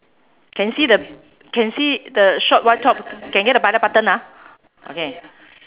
can see the can see the short white top can get the belly button ah okay